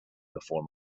before